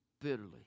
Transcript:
bitterly